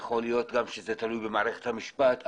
יכול להיות שזה תלוי במערכת המשפט.